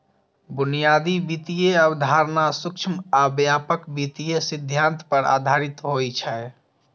बुनियादी वित्तीय अवधारणा सूक्ष्म आ व्यापक वित्तीय सिद्धांत पर आधारित होइ छै